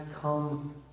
come